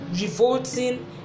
revolting